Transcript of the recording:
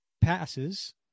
passes